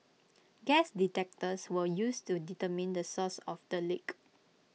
gas detectors were used to determine the source of the leak